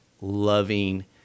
loving